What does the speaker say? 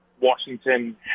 Washington